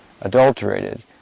adulterated